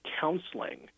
counseling